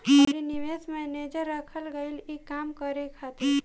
अउरी निवेश मैनेजर रखल गईल ई काम करे खातिर